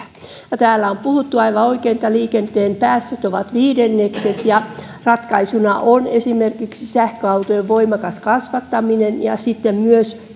päästään täällä on puhuttu aivan oikein että liikenteen päästöt ovat viidenneksen ja ratkaisuna on esimerkiksi sähköautojen voimakas kasvattaminen ja sitten myös